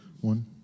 one